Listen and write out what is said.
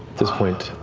this point,